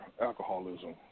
alcoholism